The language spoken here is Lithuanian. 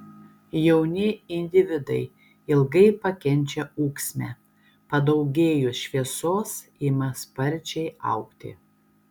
jauni individai ilgai pakenčia ūksmę padaugėjus šviesos ima sparčiai augti